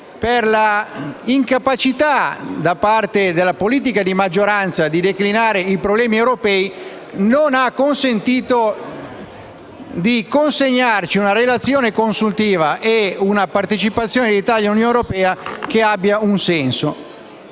per l'incapacità della politica di maggioranza di declinare i problemi europei, non ha consentito di consegnarci una relazione consuntiva sulla partecipazione dell'Italia all'Unione europea che abbia un senso.